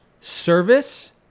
service